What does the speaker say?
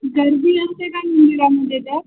गर्दी असते का मंदिरामध्ये त्या